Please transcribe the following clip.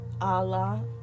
Allah